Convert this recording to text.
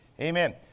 Amen